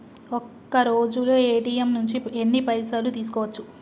ఒక్కరోజులో ఏ.టి.ఎమ్ నుంచి ఎన్ని పైసలు తీసుకోవచ్చు?